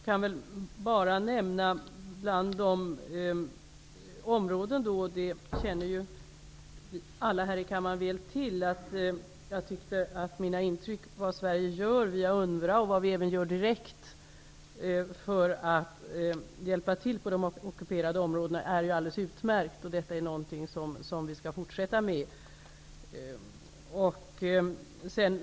Fru talman! Alla här i kammaren känner väl till att mina intryck är att vad Sverige gör via UNWRA och direkt för att hjälpa till på de ockuperade områdena är alldeles utmärkt. Det är något vi skall fortsätta med.